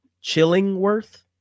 Chillingworth